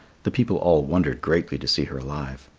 the people all wondered greatly to see her alive.